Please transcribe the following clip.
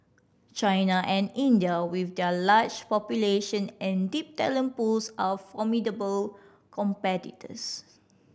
China and India with their large population and deep talent pools are formidable competitors